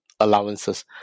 allowances